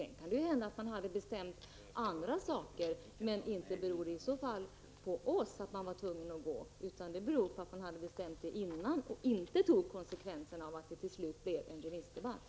Sedan kan det naturligtvis hända att man hade bundit sig för andra uppgifter, men inte beror det i så fall på oss att man var tvungen att gå härifrån utan det beror på att man inte tagit konsekvenserna av att det blev en remissdebatt.